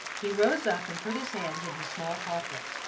he rose up, and put his hands in his small pockets,